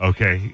Okay